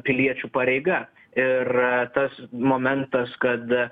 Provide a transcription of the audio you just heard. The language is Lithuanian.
piliečių pareiga ir tas momentas kad